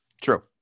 True